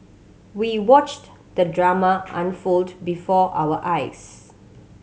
we watched the drama unfold before our eyes